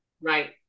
Right